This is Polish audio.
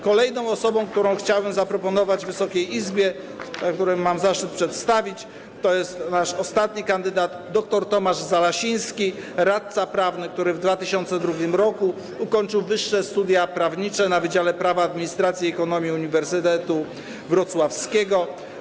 Kolejnym kandydatem, którego chciałbym zaproponować Wysokiej Izbie, którego mam zaszczyt przedstawić - to nasz ostatni kandydat - jest dr Tomasz Zalasiński, radca prawny, który w 2002 r. ukończył wyższe studia prawnicze na Wydziale Prawa, Administracji i Ekonomii Uniwersytetu Wrocławskiego.